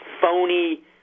phony